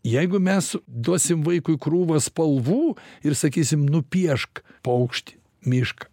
jeigu mes duosim vaikui krūvą spalvų ir sakysim nupiešk paukštį mišką